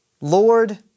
Lord